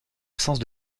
absence